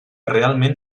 realment